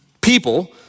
people